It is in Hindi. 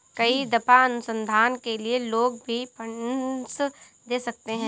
कई दफा अनुसंधान के लिए लोग भी फंडस दे सकते हैं